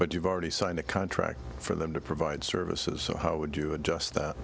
but you've already signed a contract for them to provide services so how would you adjust that